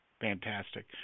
Fantastic